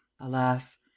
Alas